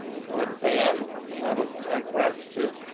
so it's a m. so that would send for emphasis.